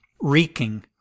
reeking